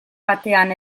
batean